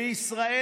בישראל,